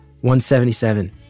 177